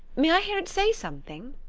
may i hear it say something?